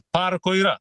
parako yra